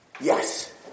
Yes